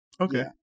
okay